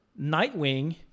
Nightwing